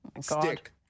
stick